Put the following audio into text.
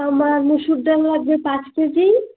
আমার মসুর ডাল লাগবে পাঁচ কেজি